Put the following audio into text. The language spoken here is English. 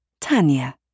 Tanya